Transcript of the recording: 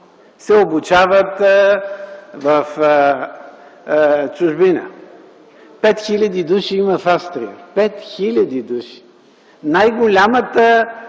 се обучават в чужбина. Пет хиляди души има в Австрия. Пет хиляди души – най-голямата